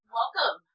welcome